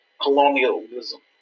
colonialism